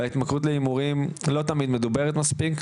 ההתמכרות להימורים לא תמיד מדוברת מספיק,